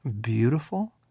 beautiful